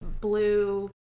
blue